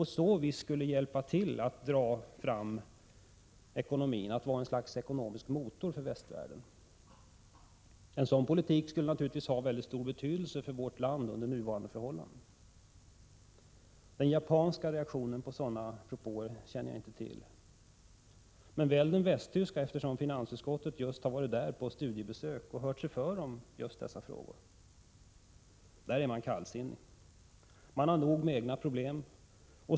På så vis skulle man vara ett slags ekonomisk motor för västvärlden. En sådan politik skulle naturligtvis ha väldigt stor betydelse för vårt land under nuvarande förhållanden. Den japanska reaktionen på sådana propåer känner jag inte till men väl den västtyska. Finansutskottet har ju nyligen varit på studiebesök i Västtyskland och hört sig för i just dessa frågor. Där är man kallsinnig. Man har nog med de egna problemen.